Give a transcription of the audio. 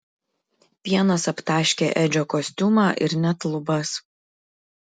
pienas aptaškė edžio kostiumą ir net lubas